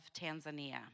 Tanzania